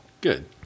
Good